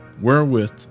wherewith